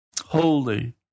Holy